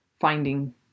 finding